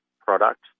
product